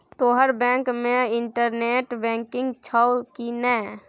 तोहर बैंक मे internet banking छौ कि नै